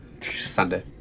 Sunday